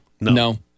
No